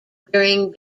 during